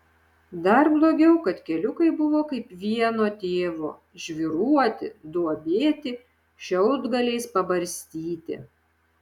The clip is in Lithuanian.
dar blogiau kad keliukai buvo kaip vieno tėvo žvyruoti duobėti šiaudgaliais pabarstyti